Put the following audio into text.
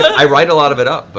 i write a lot of it up, but